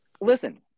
Listen